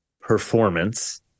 performance